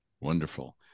Wonderful